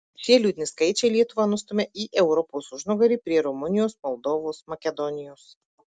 šie liūdni skaičiai lietuvą nustumia į europos užnugarį prie rumunijos moldovos makedonijos